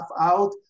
out